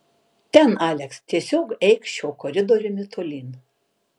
ten aleks tiesiog eik šiuo koridoriumi tolyn